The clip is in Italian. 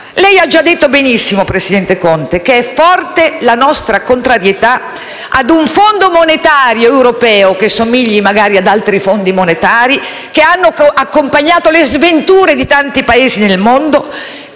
Lei ha già detto benissimo, presidente Conte, che è forte la nostra contrarietà a un Fondo monetario europeo, che somigli magari ad altri Fondi monetari che hanno accompagnato le sventure di tanti Paesi nel mondo,